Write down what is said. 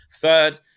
third